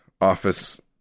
office